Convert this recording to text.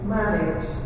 manage